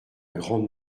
grande